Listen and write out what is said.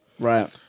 Right